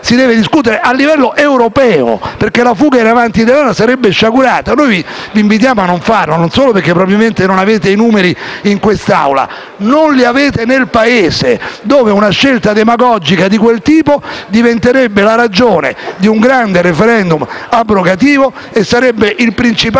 bisogna discutere, sì, ma a livello europeo perché una fuga in avanti italiana sarebbe sciagurata. Noi vi invitiamo a non farlo: non solo perché, probabilmente, non avete i numeri in quest'Aula, ma perché non li avete neanche nel Paese, dove una scelta demagogica di quel tipo diventerebbe la ragione di un grande *referendum* abrogativo e sarebbe il principale